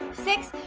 six,